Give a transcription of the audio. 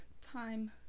time